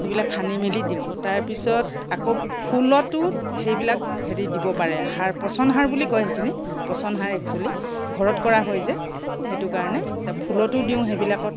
সেইবিলাক খানি মেলি দিওঁ তাৰপিছত আকৌ ফুলতো সেইবিলাক হেৰি দিব পাৰে সাৰ পচন সাৰ বুলি কয় সেইখিনি পচন সাৰ একচুৱেলী ঘৰত কৰা হয় যে সেইটো কাৰণে ফুলতো দিওঁ সেইবিলাকত